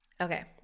Okay